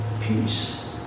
peace